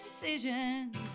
decisions